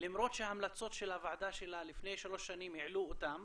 למרות שההמלצות של הוועדה שלה לפני שלוש שנים העלו אותן